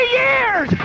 years